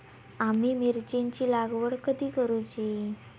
आम्ही मिरचेंची लागवड कधी करूची?